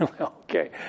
Okay